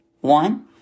One